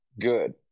good